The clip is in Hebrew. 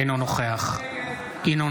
אינו נוכח ינון